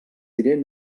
diré